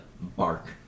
bark